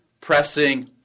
pressing